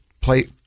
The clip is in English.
play